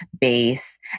base